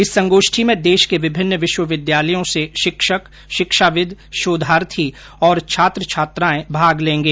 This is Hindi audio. इस संगोष्ठी में देश के विभिन्न विश्वविद्यालयों से शिक्षक शिक्षाविद् शोधार्थी और छात्र छात्राएं भाग लेगें